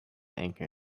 anchor